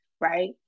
right